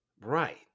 Right